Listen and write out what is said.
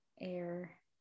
air